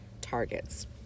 targets